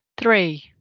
Three